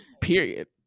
Period